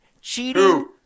cheating